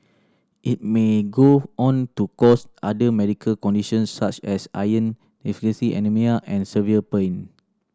it may go on to cause other medical conditions such as iron deficiency anaemia and severe pain